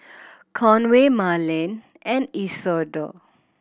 Conway Marlene and Isidor